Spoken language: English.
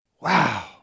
Wow